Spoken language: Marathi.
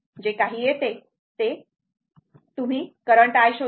जे काही येते ते म्हणून तुम्ही हा करंट i शोधा